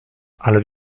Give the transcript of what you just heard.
ale